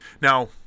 Now